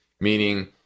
meaning